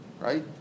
Right